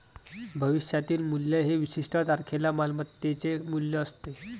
भविष्यातील मूल्य हे विशिष्ट तारखेला मालमत्तेचे मूल्य असते